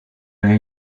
new